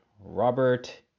robert